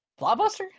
Blockbuster